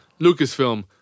Lucasfilm